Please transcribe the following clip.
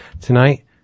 tonight